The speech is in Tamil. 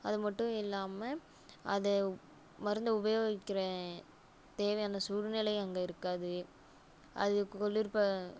அது மட்டும் இல்லாமல் அதை மருந்தை உபயோகிக்கிற தேவையான சூழ்நிலையும் அங்கே இருக்காது அது குளிர்பத